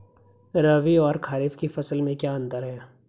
रबी और खरीफ की फसल में क्या अंतर है?